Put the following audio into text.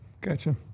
Gotcha